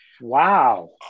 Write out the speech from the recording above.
Wow